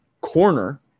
corner